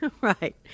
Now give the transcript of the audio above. Right